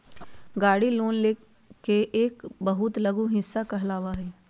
गाड़ी लोन के एक बहुत लघु हिस्सा कहलावा हई